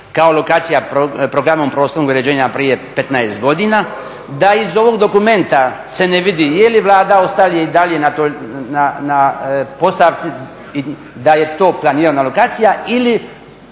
kao lokacija programom prostornog uređenja prije 15. godina, da iz ovog dokumenta ne vidi je li Vlada …/Govornik se ne razumije./… na toj postavci, da je to planirana lokacija ili